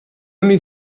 only